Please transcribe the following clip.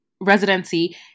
residency